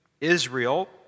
Israel